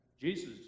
Jesus